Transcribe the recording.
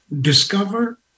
discover